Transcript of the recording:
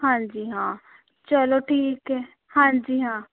ਹਾਂਜੀ ਹਾਂ ਚਲੋ ਠੀਕ ਹੈ ਹਾਂਜੀ ਹਾਂ